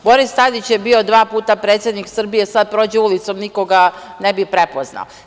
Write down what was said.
Boris Tadić je bio dva puta predsednik Srbije, sad prođe ulicom, niko ga ne bi prepoznao.